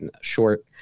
short